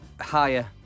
higher